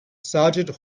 sergeant